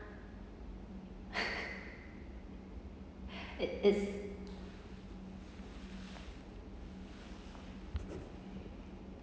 it it's